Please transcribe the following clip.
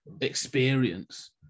experience